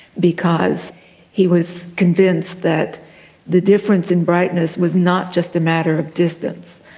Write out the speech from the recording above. because he was convinced that the difference in brightness was not just a matter of distance,